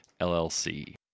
LLC